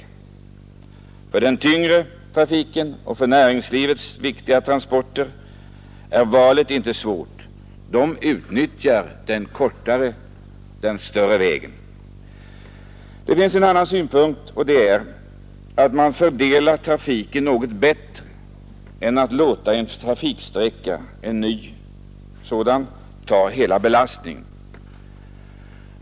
För den tyngre trafiken och för näringslivets viktiga transporter är valet inte svårt; för dessa transporter utnyttjas den kortare, den större vägen. Det finns också en annan synpunkt, och det är att man fördelar trafiken något bättre än genom att låta en trafiksträcka — en ny sådan — ta hela belastningen.